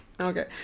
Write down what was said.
Okay